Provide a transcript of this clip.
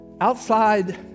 outside